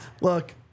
look